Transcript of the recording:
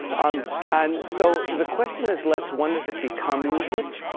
um and so the question is less, when does it become music?